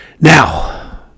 Now